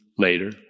later